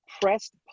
pressed